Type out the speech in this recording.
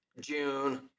June